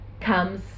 comes